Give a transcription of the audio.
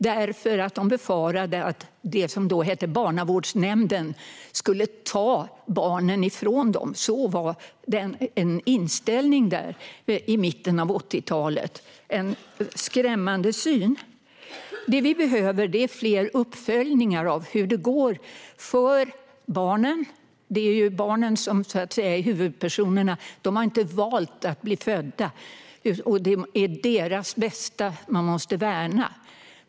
De befarade att det som hette barnavårdsnämnden skulle ta barnen ifrån dem. Sådan var inställningen i mitten av 80-talet. Det är en skrämmande syn. Vad vi behöver är fler uppföljningar av hur det går för barnen. Det är de som är huvudpersoner här. De har inte valt att bli födda, så det är deras bästa man måste värna.